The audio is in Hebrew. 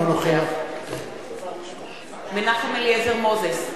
אינו נוכח מנחם אליעזר מוזס,